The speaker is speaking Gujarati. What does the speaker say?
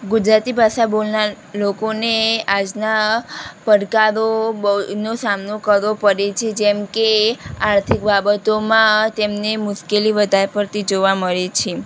ગુજરાતી ભાષા બોલનાર લોકોને આજના પડકારો નો સામનો કરવો પડે છે જેમકે આર્થિક બાબતોમાં તેમને મુશ્કેલી વધારે પડતી જોવા મળે છે